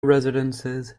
residences